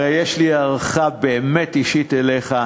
הרי יש לי באמת הערכה אישית אליך,